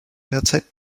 derzeit